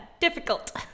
difficult